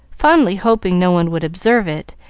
fondly hoping no one would observe it,